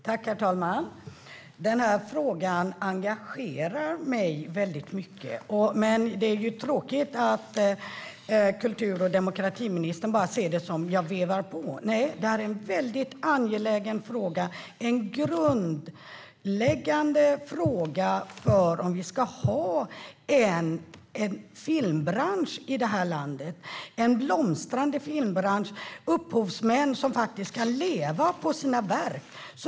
Herr talman! Denna fråga engagerar mig mycket, men det är tråkigt att kultur och demokratiministern ser det som att jag vevar på. Det är en angelägen grundläggande fråga om vi ska ha en blomstrande filmbransch i det här landet där upphovsmännen kan leva på sina verk.